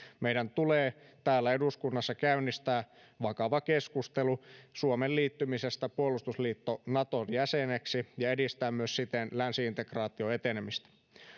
meidän tulee täällä eduskunnassa käynnistää vakava keskustelu suomen liittymisestä puolustusliitto naton jäseneksi ja edistää myös siten länsi integraa tion etenemistä